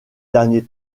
dernier